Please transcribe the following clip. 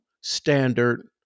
standard